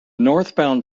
northbound